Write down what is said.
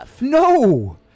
No